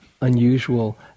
unusual